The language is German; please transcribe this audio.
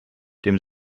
dem